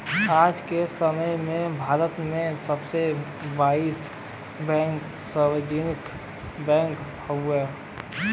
आज के समय में भारत में सब बाईस बैंक सार्वजनिक बैंक हउवे